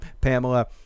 Pamela